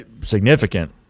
significant